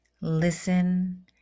Listen